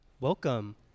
Welcome